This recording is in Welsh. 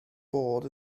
bod